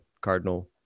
Cardinal